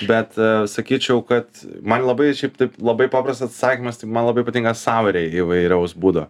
bet sakyčiau kad man labai šiaip taip labai paprastas atsakymas tai man labai patinka saueriai įvairaus būdo